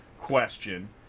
question